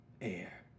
air